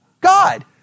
God